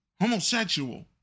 homosexual